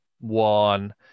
one